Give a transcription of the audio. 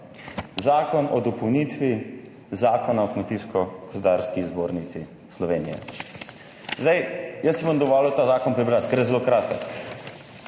Zakon o dopolnitvi Zakona o Kmetijsko gozdarski zbornici Slovenije. Zdaj, jaz si bom dovolil ta zakon prebrati, ker je zelo kratek,